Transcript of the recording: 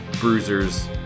bruisers